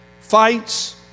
fights